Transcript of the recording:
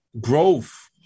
growth